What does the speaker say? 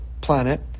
planet